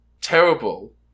Terrible